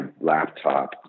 laptop